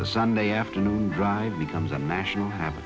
the sunday afternoon drive becomes a national happ